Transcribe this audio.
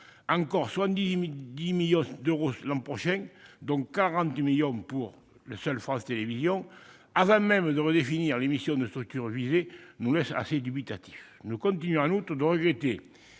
de 70 millions d'euros l'an prochain, dont 40 millions pour France Télévisions -avant même de redéfinir les missions des structures visées, nous laisse assez dubitatifs. Nous continuons en outre de regretter